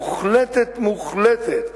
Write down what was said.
מוחלטת,